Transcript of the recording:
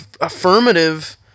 affirmative